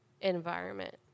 environment